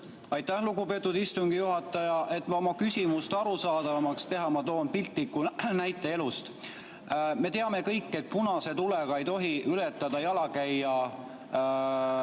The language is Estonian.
Aitäh, lugupeetud istungi juhataja! Et oma küsimust arusaadavamaks teha, ma toon piltliku näite elust. Me teame kõik, et punase tulega ei tohi jalakäija